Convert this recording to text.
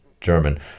German